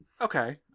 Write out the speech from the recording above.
Okay